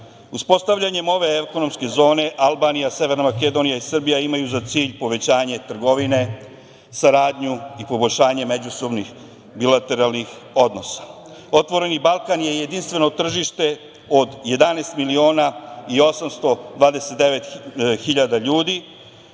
Makedonija. Uspostavljanjem ove ekonomske zone Albanija, Severna Makedonija i Srbija, imaju za cilj povećanje trgovine, saradnju i poboljšanje međusobnih bilateralnih odnosa. „Otvoreni Balkan“ je jedinstveno tržište od 11 miliona i 829 hiljada ljudi